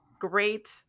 Great